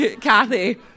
Kathy